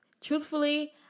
Truthfully